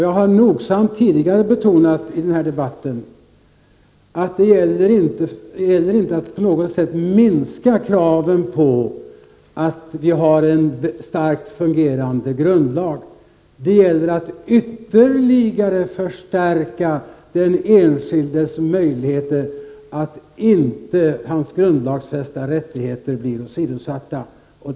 Jag har tidigare i den här debatten nogsamt betonat att det inte gäller att på något sätt minska kraven på en väl fungerande grundlag. Det gäller att ytterligare förstärka den enskildes skydd mot att hans grundlagsfästa rättigheter åsidosätts.